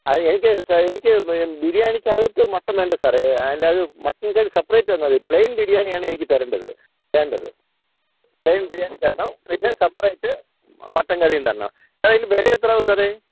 ആ എനിക്ക് എനിക്ക് ബിരിയാണിക്കകത്ത് മട്ടൺ വേണ്ട സാറേ അല്ലാതെ മട്ടൺ കറി സപ്പറേറ്റ് തന്നാൽ മതി പ്ലെയിൻ ബിരിയാണിയാണ് എനിക്ക് തരേണ്ടത് വേണ്ടത് പ്ലെയിൻ ബിരിയാണി തരണം പിന്നെ സപ്പറേറ്റ് മട്ടൺ കറിയും തരണം അതിന് വില എത്രയാവും സാറേ